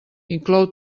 inclou